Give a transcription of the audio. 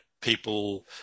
people